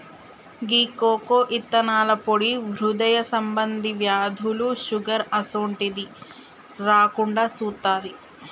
గీ cocoa ఇత్తనాల పొడి హృదయ సంబంధి వ్యాధులు, షుగర్ అసోంటిది రాకుండా సుత్తాది